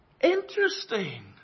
Interesting